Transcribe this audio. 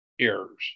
errors